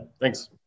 thanks